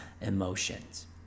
emotions